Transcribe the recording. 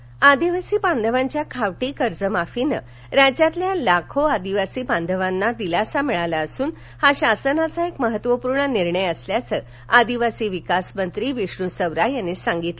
कर्जमाफी दिलासा आदिवासी बांधवांच्या खावटी कर्जमाफीने राज्यातील लाखो आदिवासी बांधवांना दिलासा मिळाला असून हा शासनाचा एक महत्त्वपूर्ण निर्णय असल्याचं आदिवासी विकासमंत्री विष्णू सवरा यांनी सांगितलं